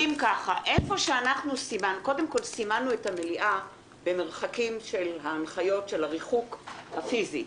סימנו את המליאה במרחקים של ההנחיות של הריחוק הפיזי.